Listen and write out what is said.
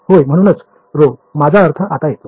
होय म्हणूनच ρ माझा अर्थ आता येतो